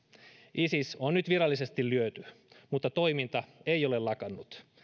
isis on nyt virallisesti lyöty mutta toiminta ei ole lakannut